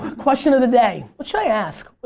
question of the day. what should i ask? but